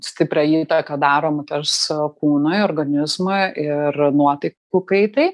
stiprią įtaką daro moters kūnui organizmui ir nuotaikų kaitai